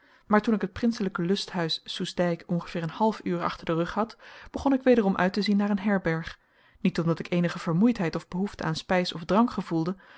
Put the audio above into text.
maar toen ik het princelijke lusthuis zoestdijk ongeveer een half uur achter den rug had begon ik wederom uit te zien naar een herberg niet omdat ik eenige vermoeidheid of behoefte aan spijs of drank gevoelde